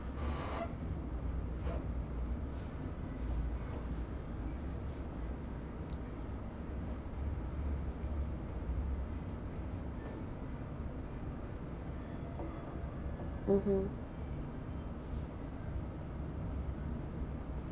mmhmm